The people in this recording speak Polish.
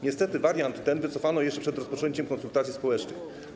Niestety wariant ten wycofano jeszcze przed rozpoczęciem konsultacji społecznych.